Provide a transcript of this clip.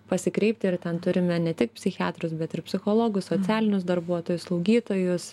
pasikreipti ir ten turime ne tik psichiatrus bet ir psichologus socialinius darbuotojus slaugytojus